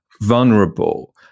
vulnerable